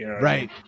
Right